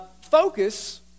focus